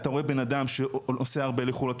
אתה רואה בן אדם שנוסע הרבה לחו"ל,